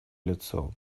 лицо